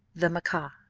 the macaw.